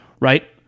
Right